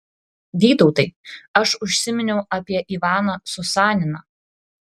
vytautai aš užsiminiau apie ivaną susaniną